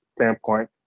standpoint